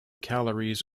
calories